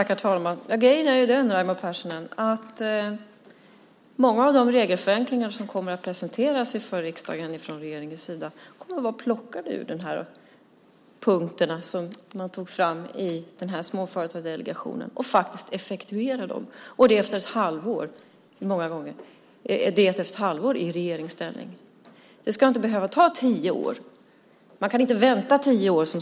Herr talman! Grejen är den, Raimo Pärssinen, att många av de regelförenklingar som regeringen kommer att presentera för riksdagen kommer att vara plockade från de punkter som togs fram i Småföretagsdelegationen. De kommer faktiskt att effektueras - detta efter ett halvår i regeringsställning! Det ska inte behöva ta tio år. Som småföretagare kan man inte vänta i tio år.